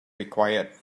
required